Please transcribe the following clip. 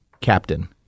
Captain